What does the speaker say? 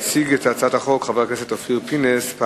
יציג את הצעת החוק חבר הכנסת אופיר פינס-פז.